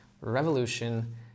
revolution